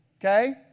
okay